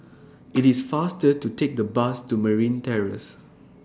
IT IS faster to Take The Bus to Marine Terrace